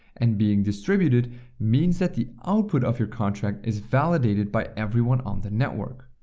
and being distributed means that the output of your contract is validated by everyone on the network.